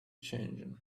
changing